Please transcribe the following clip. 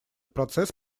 процесс